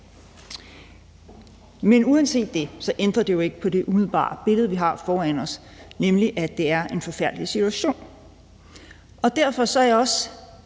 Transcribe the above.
Men uanset det ændrer det jo ikke på det umiddelbare billede, vi har foran os, nemlig at det er en forfærdelig situation. Derfor er jeg også